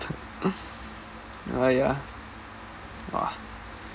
oh ya !wah! life